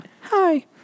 Hi